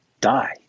die